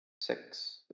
Six